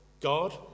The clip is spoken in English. God